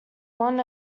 won